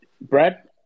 Brad